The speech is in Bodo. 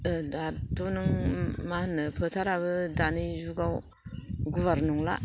दाथ' नों मा होनो फोथाराबो दानि जुगाव गुवार नंला